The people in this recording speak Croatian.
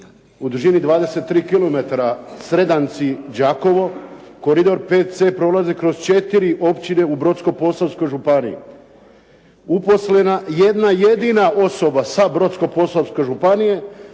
u dužini 23 kilometra Sredanci-Đakovo, koridor 5C prolazi kroz četiri općine u Brodsko-posavskoj županiji. Uposlena je jedna jedina osoba sa Brodsko-posavske županije,